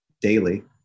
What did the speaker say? daily